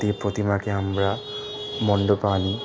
দেব প্রতিমাকে আমরা মণ্ডপ আনি